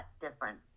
different